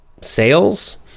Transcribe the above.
sales